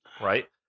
right